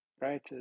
right